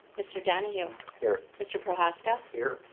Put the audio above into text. mr. donohue. here. mr. prochaska. here.